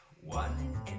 One